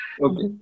okay